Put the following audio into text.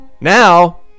now